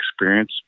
experience